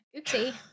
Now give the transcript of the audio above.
Oopsie